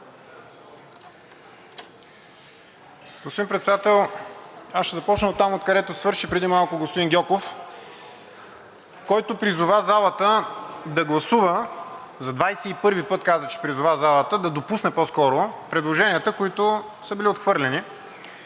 Господин Председател, аз ще започна оттам, откъдето свърши преди малко господин Гьоков, който призова залата да гласува – за двадесет и първи път каза, че призовава залата да допусне по-скоро предложенията, които са били отхвърлени.